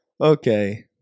Okay